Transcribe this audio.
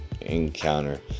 encounter